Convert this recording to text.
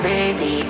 Baby